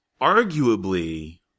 arguably